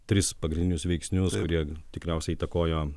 tris pagrindinius veiksnius kurie tikriausiai įtakojo